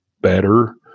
better